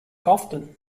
often